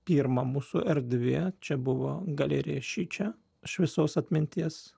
pirma mūsų erdvė čia buvo galerija šičia šviesos atminties